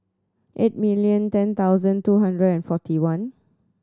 eight million ten thousand two hundred and forty one